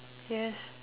yes